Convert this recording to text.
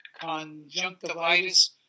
conjunctivitis